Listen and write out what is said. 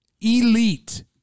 elite